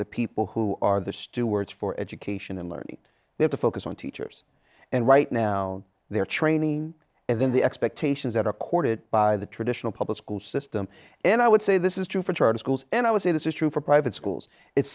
the people who are the stewards for education and learning there to focus on teachers and right now they are training in the expectations that are courted by the traditional public school system and i would say this is true for charter schools and i would say this is true for private schools it